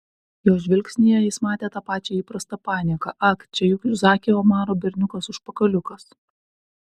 jo žvilgsnyje jis matė tą pačią įprastą panieką ak čia juk zaki omaro berniukas užpakaliukas